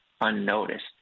unnoticed